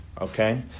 Okay